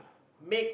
make